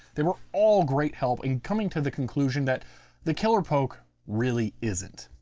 they were all great help in coming to the conclusion that the killer poke really isn't.